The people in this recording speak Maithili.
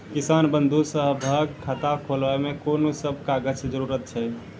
किसान बंधु सभहक खाता खोलाबै मे कून सभ कागजक जरूरत छै?